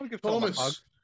Thomas